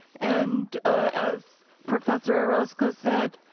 and as professor orozco said,